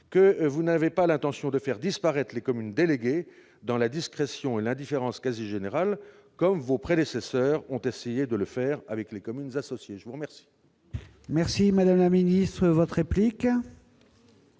que vous n'avez pas l'intention de faire disparaître les communes déléguées dans la discrétion et l'indifférence quasi générale, comme vos prédécesseurs ont essayé de le faire avec les communes associées ? La parole est à Mme la ministre. Non, monsieur